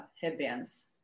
headbands